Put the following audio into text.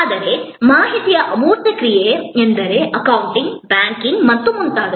ಆದರೆ ಮಾಹಿತಿಯ ಅಮೂರ್ತ ಕ್ರಿಯೆ ಎಂದರೆ ಅಕೌಂಟಿಂಗ್ ಬ್ಯಾಂಕಿಂಗ್ ಮತ್ತು ಮುಂತಾದವು